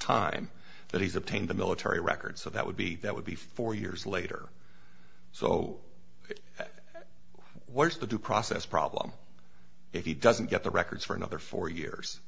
time that he's obtained the military records so that would be that would be four years later so what's the due process problem if he doesn't get the records for another four years